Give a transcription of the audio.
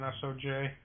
SOJ